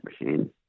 machine